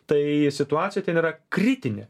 tai situacija ten yra kritinė